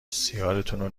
سیگارتونو